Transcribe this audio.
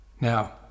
Now